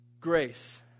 grace